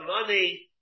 money